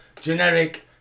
Generic